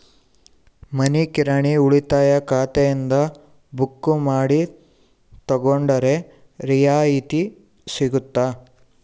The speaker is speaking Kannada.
ಮನಿ ಕಿರಾಣಿ ಉಳಿತಾಯ ಖಾತೆಯಿಂದ ಬುಕ್ಕು ಮಾಡಿ ತಗೊಂಡರೆ ರಿಯಾಯಿತಿ ಸಿಗುತ್ತಾ?